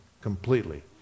completely